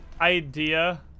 idea